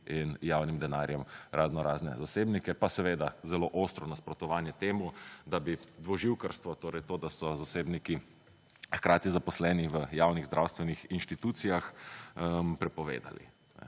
in javnim denarjem raznorazne zasebnike, pa seveda zelo ostro nasprotovanje temu, da bi dvoživkarstvo, torej to, da so zasebniki hkrati zaposleni v javnih zdravstvenih inštitucijah prepovedali.